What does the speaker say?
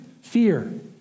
fear